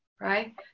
Right